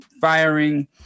firing